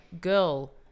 girl